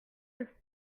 études